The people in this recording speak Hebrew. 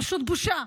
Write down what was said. פשוט בושה.